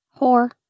Whore